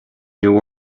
new